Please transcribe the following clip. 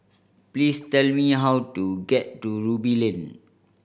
please tell me how to get to Ruby Lane